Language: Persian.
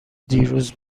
دیروز